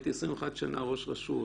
הייתי 21 שנה ראש רשות.